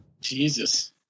Jesus